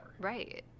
right